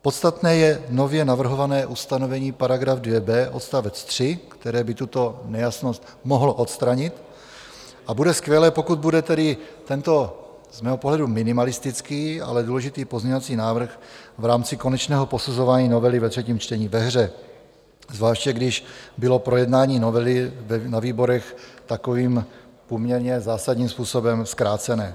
Podstatné je nově navrhované ustanovení § 2b odst. 3, které by tuto nejasnost mohlo odstranit, a bude skvělé, pokud bude tedy tento z mého pohledu minimalistický, ale důležitý pozměňovací návrh v rámci konečného posuzování novely ve třetím čtení ve hře, zvláště když bylo projednání novely na výborech takovým poměrně zásadním způsobem zkrácené.